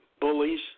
bullies